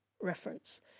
reference